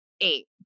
Eight